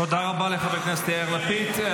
תודה רבה לחבר הכנסת יאיר לפיד.